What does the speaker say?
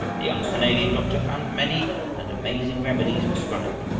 the young canadian doctor found many and amazing remedies prescribed,